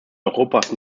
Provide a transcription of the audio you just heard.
europas